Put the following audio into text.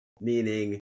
meaning